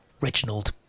Reginald